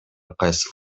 кайсыл